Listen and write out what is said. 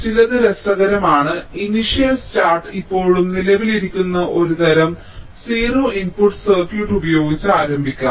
ചിലത് × രസകരമാണ് initial start ഇപ്പോഴും നിലവിലിരിക്കുന്ന ഒരു തരം സീറോ ഇൻപുട്ട് സർക്യൂട്ട് ഉപയോഗിച്ച് ഞങ്ങൾ ആരംഭിക്കും